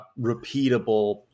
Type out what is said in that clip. repeatable